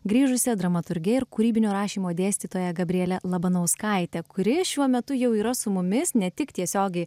grįžusia dramaturge ir kūrybinio rašymo dėstytoja gabriele labanauskaite kuri šiuo metu jau yra su mumis ne tik tiesiogiai